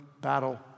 battle